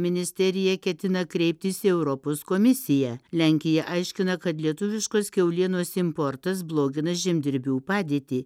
ministerija ketina kreiptis į europos komisiją lenkija aiškina kad lietuviškos kiaulienos importas blogina žemdirbių padėtį